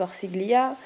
Corsiglia